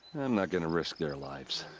not gonna risk their lives.